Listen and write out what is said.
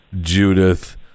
judith